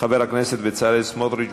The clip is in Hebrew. חבר הכנסת בצלאל סמוטריץ.